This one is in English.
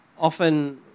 Often